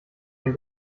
ein